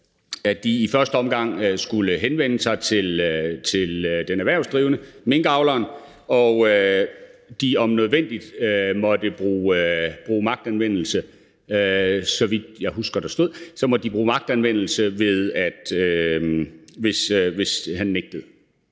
at de i første omgang skulle henvende sig til den erhvervsdrivende, minkavleren, og at de om nødvendigt måtte bruge magtanvendelse. Så vidt jeg husker der stod, måtte de bruge magtanvendelse, hvis han nægtede.